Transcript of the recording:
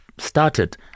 Started